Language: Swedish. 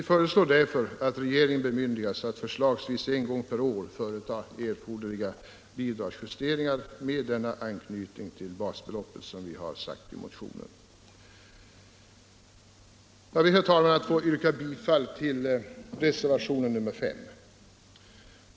Vi fö reslår därför att regeringen bemyndigas att förslagsvis en gång per år företa erforderliga bidragsjusteringar med sådan basbeloppsanknytning som vi uttalat oss för i motionen. Jag ber, herr talman, att få yrka bifall till reservationen 5.